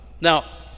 Now